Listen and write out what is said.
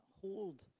hold